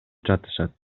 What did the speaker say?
жатышат